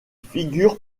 figure